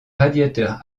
radiateur